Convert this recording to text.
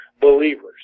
believers